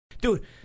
Dude